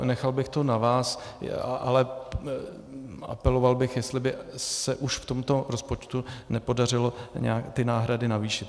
Nechal bych to na vás, ale apeloval bych, jestli by se už v tomto rozpočtu nepodařilo nějak ty náhrady navýšit.